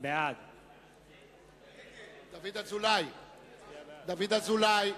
נגד דוד אזולאי.